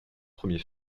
premiers